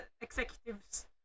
executives